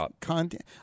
content